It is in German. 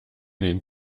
den